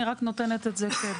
אני רק נותנת את זה כדוגמה.